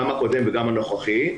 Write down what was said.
גם הקודם וגם הנוכחי,